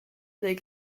leek